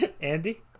Andy